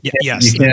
Yes